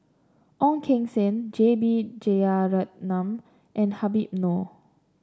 Ong Keng Sen J B Jeyaretnam and Habib Noh